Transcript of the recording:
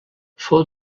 fou